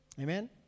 Amen